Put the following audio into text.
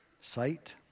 Sight